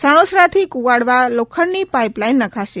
સણોસરા થી કુવાડવા લોખંડની pipe line નખાશે